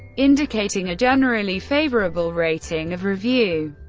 indicating a generally favourable rating of review.